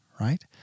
right